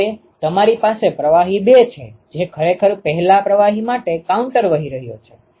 હવે તમારી પાસે પ્રવાહી 2 છે જે ખરેખર પહેલા પ્રવાહી માટે કાઉન્ટર વહી રહ્યો છે